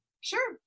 Sure